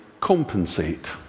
compensate